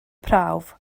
prawf